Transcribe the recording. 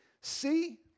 see